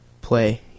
play